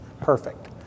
Perfect